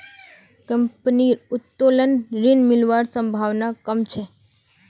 कंपनीर उत्तोलन ऋण मिलवार संभावना कम छ